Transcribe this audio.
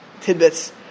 Tidbits